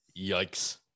Yikes